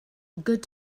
good